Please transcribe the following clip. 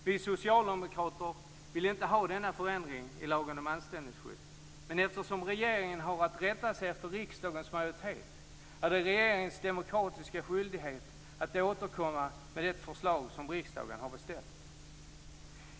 Vi socialdemokrater vill inte ha denna förändring i lagen om anställningsskydd. Men eftersom regeringen har att rätta sig efter riksdagens majoritet är det regeringens demokratiska skyldighet att återkomma med det förslag som riksdagen har beställt.